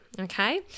Okay